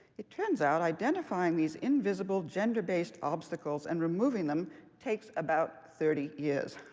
it turns out identifying these invisible gender-based obstacles and removing them takes about thirty years.